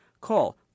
Call